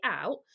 out